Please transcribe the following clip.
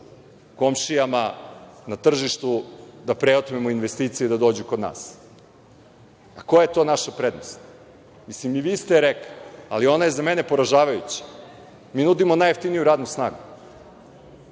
komšijama na tržištu, da preotmemo investicije, da dođu kod nas. Koja je to naša prednost? I vi ste rekli, ali ona je za mene poražavajuća. Mi nudimo najjeftiniju radnu snagu.